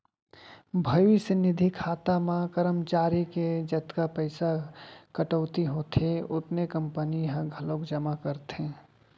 भविस्य निधि खाता म करमचारी के जतका पइसा कटउती होथे ओतने कंपनी ह घलोक जमा करथे